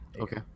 Okay